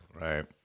right